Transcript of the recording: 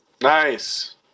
Nice